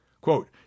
Quote